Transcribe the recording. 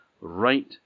right